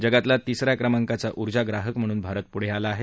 जगातला तिस या क्रमांकाचा उर्जा ग्राहक म्हणून भारत पुढं आला आहे